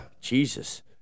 Jesus